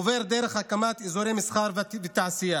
עובר דרך הקמת אזורי מסחר ותעשייה,